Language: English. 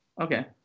Okay